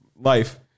life